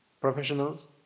professionals